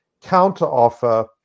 counteroffer